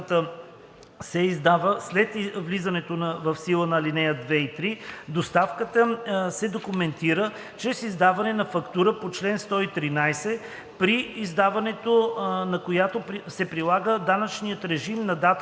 след влизането в сила на ал. 2 и 3, доставката се документира чрез издаване на фактура по чл. 113, при издаването на която се прилага данъчният режим към датата